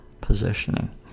positioning